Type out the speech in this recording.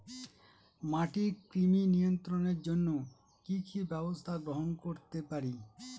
মাটির কৃমি নিয়ন্ত্রণের জন্য কি কি ব্যবস্থা গ্রহণ করতে পারি?